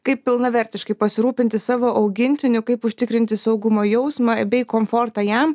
kaip pilnavertiškai pasirūpinti savo augintiniu kaip užtikrinti saugumo jausmą bei komfortą jam